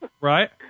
right